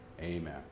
Amen